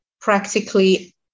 practically